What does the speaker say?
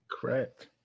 Correct